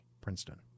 Princeton